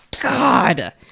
God